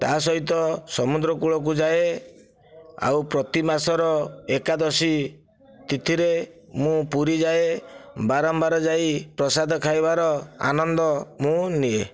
ତା'ସହିତ ସମୁଦ୍ର କୂଳକୁ ଯାଏ ଆଉ ପ୍ରତିମାସର ଏକାଦଶୀ ତିଥିରେ ମୁଁ ପୁରୀ ଯାଏ ବାରମ୍ବାର ଯାଇ ପ୍ରସାଦ ଖାଇବାର ଆନ୍ଦନ ମୁଁ ନିଏ